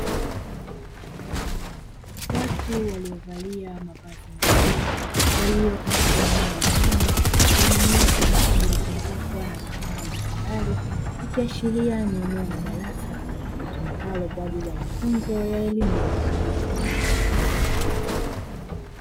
Watu waliovalia mavazi maalumu, walio katika eneo la ndani lenye meza iliyozungukwa na vifaa mbalimbali ikiashiria ni eneo la darasa litumikalo kwaajili ya mafunzo ya ufundi.